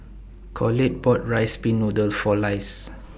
Colette bought Rice Pin Noodle For Lise